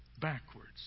backwards